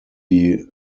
die